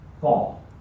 fall